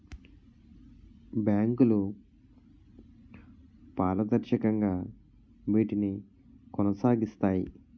బ్యాంకులు పారదర్శకంగా వీటిని కొనసాగిస్తాయి